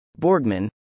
Borgman